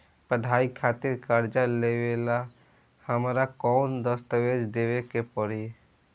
पढ़ाई खातिर कर्जा लेवेला हमरा कौन दस्तावेज़ देवे के पड़ी?